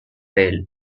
pail